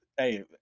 Hey